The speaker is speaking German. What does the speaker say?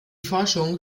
forschung